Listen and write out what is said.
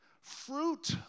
fruit